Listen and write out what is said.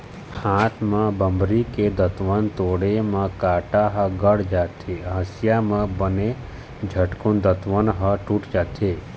हाथ म बमरी के दतवन तोड़े म कांटा ह गड़ जाथे, हँसिया म बने झटकून दतवन ह टूट जाथे